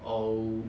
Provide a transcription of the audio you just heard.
oh